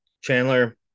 Chandler